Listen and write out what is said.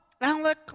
Alec